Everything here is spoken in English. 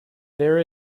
there